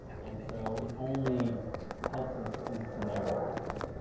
and so it only helps in certain scenarios.